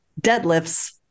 deadlifts